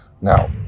now